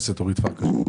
פרקש.